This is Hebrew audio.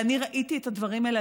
ואני ראיתי את הדברים האלה.